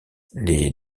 les